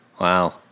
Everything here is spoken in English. Wow